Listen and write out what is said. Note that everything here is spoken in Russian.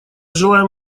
желаем